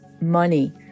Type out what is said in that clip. money